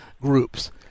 groups